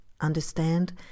understand